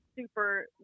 super